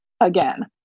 Again